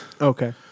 Okay